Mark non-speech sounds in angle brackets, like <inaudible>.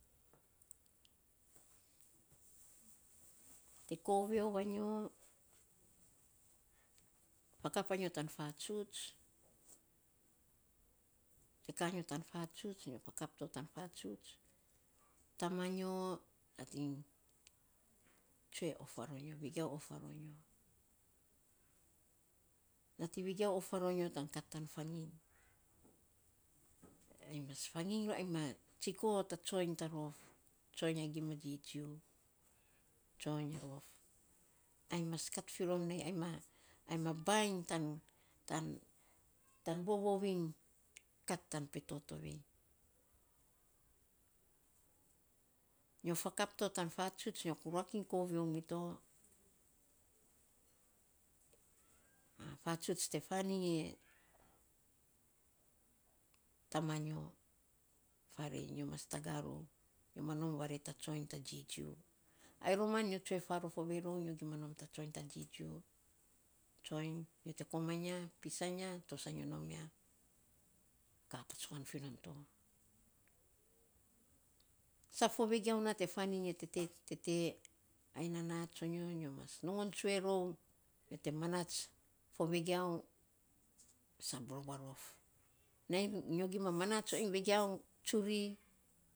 <noise> te koviou a nyo, fakap a nyo tan fatsuts, te ka nyo tan fatsuts nyo fakap to tan fatsuts, tama nyo nating tsue of va ro nyo, vigau of va ro nyo. Nating vigau of va ro nyo tan kat tan fanginy. Anyi ma fanginy tsiko ta tsoiny ta rof tsoiny a gima jiju, tsonyo. Ainy mas kat fi rom nei, ainy ma bainy <hesitation> tan vovou iny kat tan peto tovei. Nyo fakap to tan fatsuts nyo ruak iny koviou mito, fatsuts te fan iny e tama nyo, farei nyo mas taga rou, nyo ma nom vare ta tsoiny ta jiju. Ai roman nyo tsue fa rof ovei rou nyo gima nom ta tsoiny ta jiju. Tsoiny nyo te komainy ya, pisainy ya to sa nyo nom ya ka patsukan fi non to sav fo vigauu na te fainy e tete, ai nana tso nyo, nyo mmas nongon tsue roa, nyo te manats fo vegiau, nyo sab rou a rof. Nainy nyo gima manats vegiau tsuri.